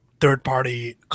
third-party